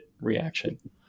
reaction